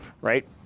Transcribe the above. right